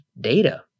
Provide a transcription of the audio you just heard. Data